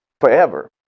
forever